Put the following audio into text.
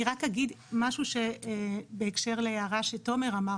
אני רק אגיד משהו בהקשר להערה שתומר אמר